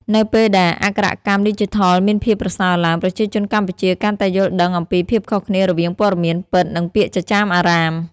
នៅពេលដែលអក្ខរកម្មឌីជីថលមានភាពប្រសើរឡើង ប្រជាជនកម្ពុជាកាន់តែយល់ដឹងអំពីភាពខុសគ្នារវាងព័ត៌មានពិត និងពាក្យចចាមអារ៉ាម។